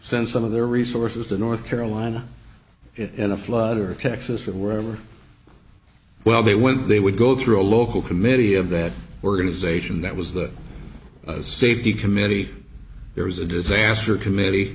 send some of their resources the north carolina in a flood or texas or wherever well they went they would go through a local committee of that organization that was the safety committee there was a disaster committee